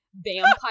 vampire